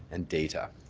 and data.